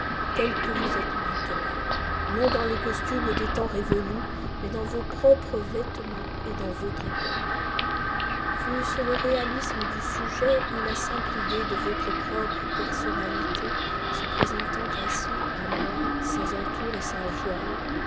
tel que vous êtes maintenant non dans les costumes des temps révolus mais dans vos propres vêtements et dans votre époque fut-ce le réalisme du sujet ou la simple idée de votre propre personnalité se présentant ainsi à moi sans entours et sans voile